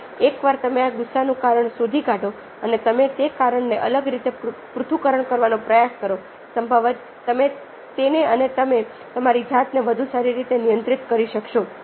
હવે એકવાર તમે આ ગુસ્સાનું કારણ શોધી કાઢો અને તમે તે કારણને અલગ રીતે પૃથ્થકરણ કરવાનો પ્રયાસ કરો સંભવતઃ તમે તેને અને તમે તમારી જાતને વધુ સારી રીતે નિયંત્રિત કરી શકશો